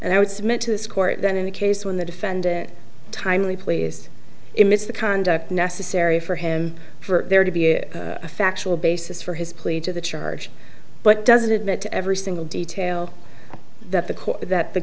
and i would submit to this court that in the case when the defendant timely pleased him it's the conduct necessary for him for there to be a factual basis for his plea to the charge but doesn't admit to every single detail that the court that the